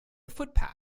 footpath